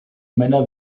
männer